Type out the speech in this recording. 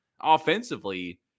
offensively